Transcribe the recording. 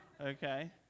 Okay